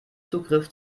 zugriff